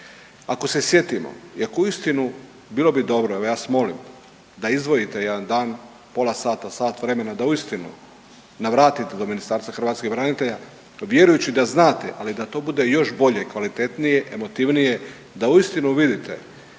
ako se sjetimo i ako u istinu bilo bi dobro, evo ja vas molim da izdvojite jedan dan, pola sata, sat vremena da uistinu navratite do Ministarstva hrvatskih branitelja vjerujući da znate ali da to bude još bolje, kvalitetnije, emotivniji da uistinu vidite